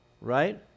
Right